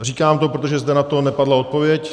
Říkám to, protože zde na to nepadla odpověď.